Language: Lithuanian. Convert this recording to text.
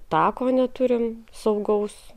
tako neturime saugaus